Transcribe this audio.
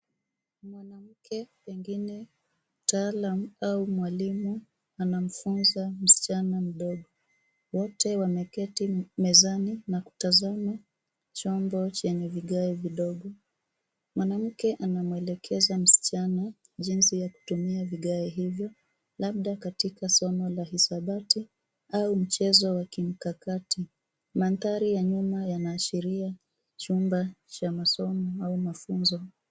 Mwanamke pengine mtaalamu au mwalimu anamfunza msichana mdogo. Wote wameketi mezani na kutazama chombo chenye vigae vidogo. Mwanamke anamwelekeza msichana jinsi ya kutumia vigae hivyo labda katika somo la hisabati au msomo wa kimkakati. Mandhari ya nyuma yanaashiria chumba cha masomo au mafunzo.